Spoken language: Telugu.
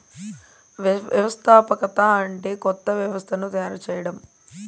వ్యవస్థాపకత అంటే కొత్త వ్యవస్థను తయారు చేయడం